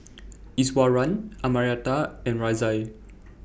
Iswaran Amartya and Razia